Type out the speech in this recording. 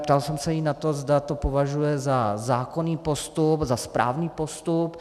Ptal jsem se jí na to, zda to považuje za zákonný postup, za správný postup.